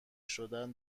شدن